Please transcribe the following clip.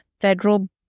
federal